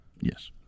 yes